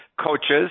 coaches